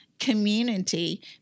community